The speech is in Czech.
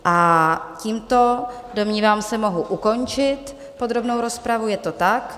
A tímto, domnívám se, mohu ukončit podrobnou rozpravu, je to tak.